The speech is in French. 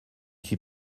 suis